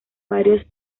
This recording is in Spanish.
varios